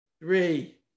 three